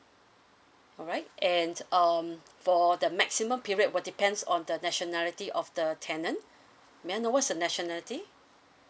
alright and um for the maximum period will depends on the nationality of the tenant may I know what's the nationality